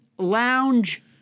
lounge